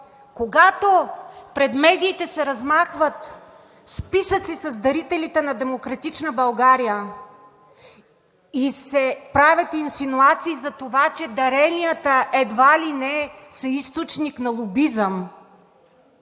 Когато пред медиите се размахват списъци с дарителите на „Демократична България“ и се правят инсинуации за това, че даренията едва ли не са източник на лобизъм,